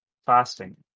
Fasting